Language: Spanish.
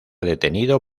detenido